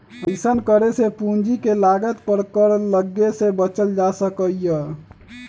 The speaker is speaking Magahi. अइसन्न करे से पूंजी के लागत पर कर लग्गे से बच्चल जा सकइय